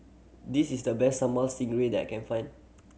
this is the best sambal that I can find